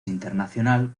internacional